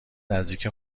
نزدیک